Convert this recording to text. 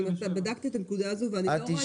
אני בדקתי את הנקודה הזו, ואני לא רואה התייחסות.